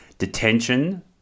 detention